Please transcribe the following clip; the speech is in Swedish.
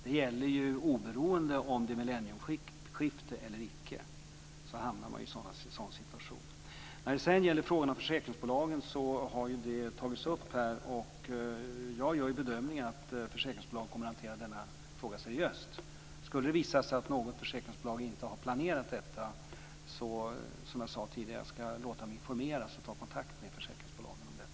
Detta gäller ju alltid: Oberoende av om det är millennieskifte eller icke hamnar man i en sådan situation. När det sedan gäller frågan om försäkringsbolagen har ju den tagits upp här. Jag gör bedömningen att försäkringsbolagen kommer att hantera denna fråga seriöst. Skulle det visa sig att något försäkringsbolag inte har planerat detta ska jag, som jag sade tidigare, låta mig informeras och ta kontakt med försäkringsbolagen om detta.